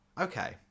Okay